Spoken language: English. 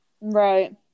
Right